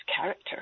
character